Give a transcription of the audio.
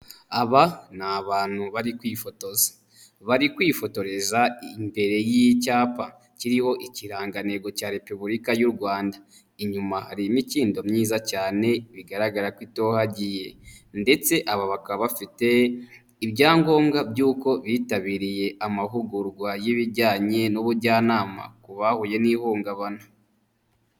Aba ni abantu bari kwifotoza bari kwifotoreza imbere y'icyapa kiriho ikirangantego cya repubulika y'u Rwanda, inyuma hari imikindo myiza cyane bigaragara ko itohagiye, ndetse aba bakaba bafite ibyangombwa by'uko bitabiriye amahugurwa y'ibijyanye n'ubujyanama ku bahuye n'ihungabana.